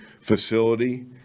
facility